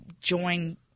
join